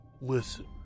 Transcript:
Listen